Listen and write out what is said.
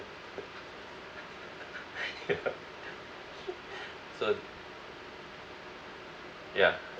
ya so ya